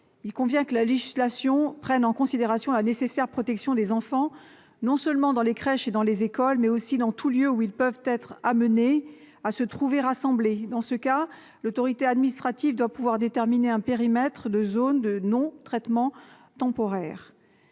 Il convient que la législation prenne en considération la nécessaire protection des enfants, non seulement dans les crèches et dans les écoles, mais aussi dans tout lieu où ils peuvent être amenés à se trouver rassemblés. Dans ce cas, l'autorité administrative doit pouvoir déterminer un périmètre de zone de non-traitement temporaire.